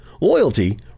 loyalty